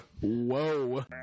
whoa